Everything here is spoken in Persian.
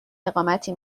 اقامتی